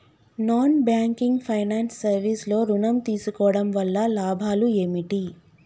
Non banking finance service లో ఋణం తీసుకోవడం వల్ల లాభాలు ఏమిటి?